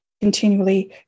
continually